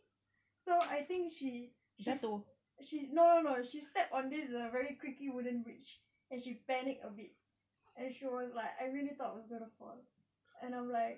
so I think she she she no no no she stepped on this a creaky wooden bridge and she panicked a bit and she was like I really thought I was gonna fall and I'm like